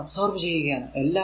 power absorb ചെയ്യുകയാണ്